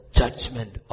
judgment